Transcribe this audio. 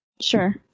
sure